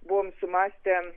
buvom sumąstę